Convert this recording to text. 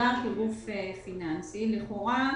מוגדר כגוף פיננסי, לכאורה